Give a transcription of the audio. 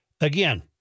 again